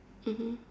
mmhmm